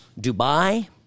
Dubai